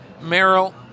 Merrill